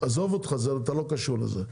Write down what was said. עזוב אותך אתה לא קשור לזה,